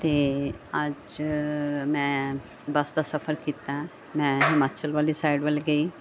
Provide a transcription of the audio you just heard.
ਅਤੇ ਅੱਜ ਮੈਂ ਬਸ ਦਾ ਸਫਰ ਕੀਤਾ ਮੈਂ ਹਿਮਾਚਲ ਵਾਲੀ ਸਾਈਡ ਵੱਲ ਗਈ